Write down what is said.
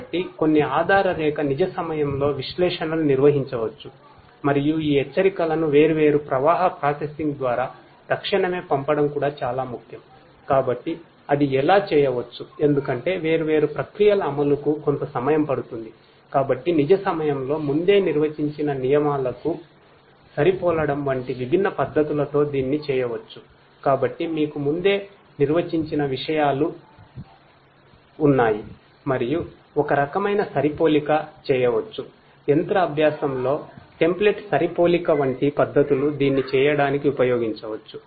కాబట్టి కొన్ని ఆధారరేఖ నిజ సమయంలో విశ్లేషణలు నిర్వహించవచ్చు మరియు ఈ హెచ్చరికలను వేర్వేరు ప్రవాహ ప్రాసెసింగ్ సరిపోలిక వంటి పద్ధతులు దీన్ని చేయడానికి ఉపయోగించవచ్చు